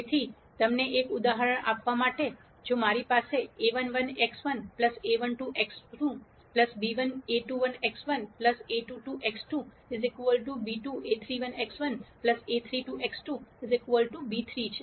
તેથી તમને એક ઉદાહરણ આપવા માટે જો મારી પાસે a11x1 a12x2 b1 a21x1 a22x2 b2 a31x1 a32x2 b3 છે